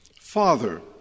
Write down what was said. Father